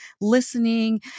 listening